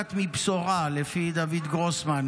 בורחת מבשורה, לפי דוד גרוסמן.